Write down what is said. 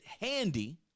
handy